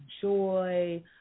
joy